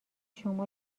شما